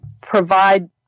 provide